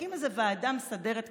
נקים איזה ועדה מסדרת כזאת,